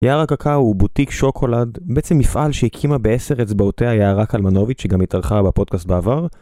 יער הקקאו הוא בוטיק שוקולד, בעצם מפעל שהקימה בעשר אצבעותיה יערה קלמנוביץ' שגם התארחה בפודקאסט בעבר.